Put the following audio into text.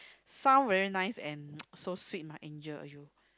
sound very nice and so sweet mah Angel !aiyo!